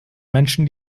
menschen